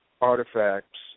artifacts